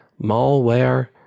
malware